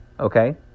Okay